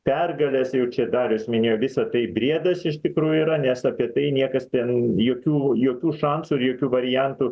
pergalės jau čia darius minėjo visa tai briedas iš tikrųjų yra nes apie tai niekas ten jokių jokių šansų ir jokių variantų